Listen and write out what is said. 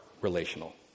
relational